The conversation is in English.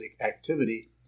activity